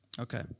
Okay